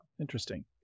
interesting